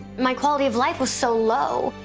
my quality of life was so low.